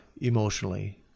emotionally